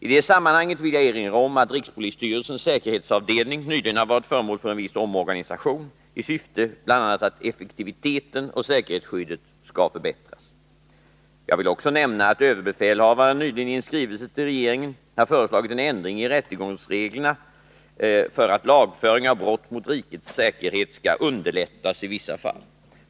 I det sammanhanget vill jag erinra om att rikspolisstyrelsens säkerhetsavdelning nyligen har varit föremål för en viss omorganisation i syfte bl.a. att effektiviteten och säkerhetsskyddet skall förbättras. Jag vill också nämna att överbefälhavaren nyligen i en skrivelse till regeringen har föreslagit en ändring i rättegångsreglerna för att lagföring av brott mot rikets säkerhet skall underlättas i vissa fall.